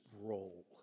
role